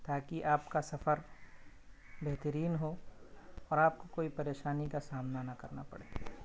تاکہ آپ کا سفر بہترین ہو اور آپ کو کوئی پریشانی کا سامنا نہ کرنا پڑے